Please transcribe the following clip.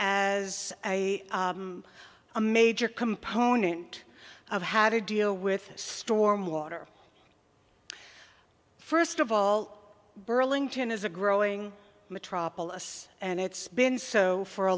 as a major component of how to deal with storm water first of all burlington is a growing metropolis and it's been so for a